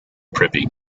privy